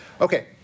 Okay